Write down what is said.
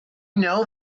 know